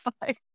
five